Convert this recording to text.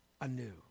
anew